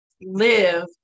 live